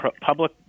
public